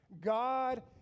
God